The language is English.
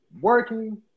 working